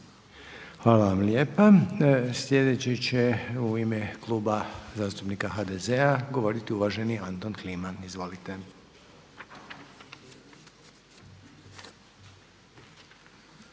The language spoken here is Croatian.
Željko (HDZ)** Sljedeći će u ime Kluba zastupnika HDZ-a govoriti uvaženi Anton Kliman. **Kliman,